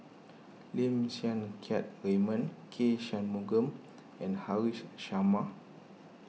Lim Siang Keat Raymond K Shanmugam and Haresh Sharma